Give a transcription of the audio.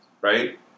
right